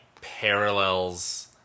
parallels